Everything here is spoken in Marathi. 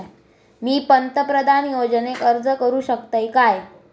मी पंतप्रधान योजनेक अर्ज करू शकतय काय?